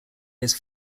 his